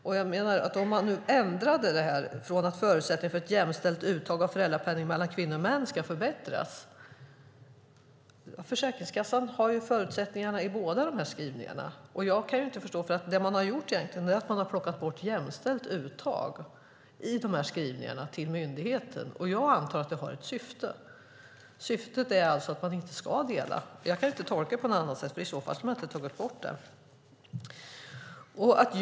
Man har ändrat detta från att förutsättningen för ett jämställt uttag av föräldrapenning mellan kvinnor och män ska förbättras. Försäkringskassan har ju förutsättningarna i båda dessa skrivningar. Det som man egentligen har gjort är att man har plockat bort "jämställt uttag" ur dessa skrivningar till myndigheten. Jag antar att det har ett syfte. Syftet är alltså att man inte ska dela. Jag kan inte tolka det på något annat sätt. Annars skulle man inte ha tagit bort det.